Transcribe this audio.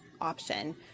option